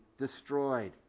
destroyed